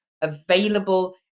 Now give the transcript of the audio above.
available